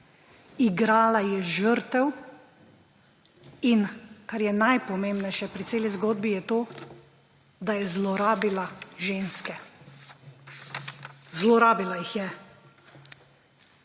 igrala je žrtev in, kar je najpomembnejše pri celi zgodbi, je to, da je zlorabila ženske. Zlorabila jih je.